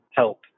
help